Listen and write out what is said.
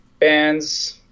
bands